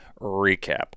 recap